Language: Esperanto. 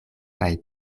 kaj